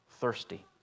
thirsty